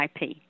IP